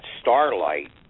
starlight